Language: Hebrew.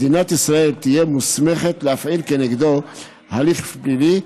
מדינת ישראל תהיה מוסמכת להפעיל כנגדו הליך פלילי.